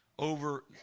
Over